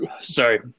sorry